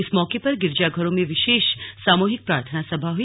इस मौके पर गिरजाघरों में विशेष सामूहिक प्रार्थना सभा हुई